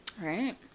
Right